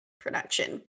production